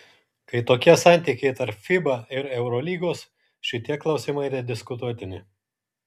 kai tokie santykiai tarp fiba ir eurolygos šitie klausimai nediskutuotini